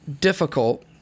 difficult